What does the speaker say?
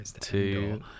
two